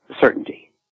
certainty